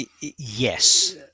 yes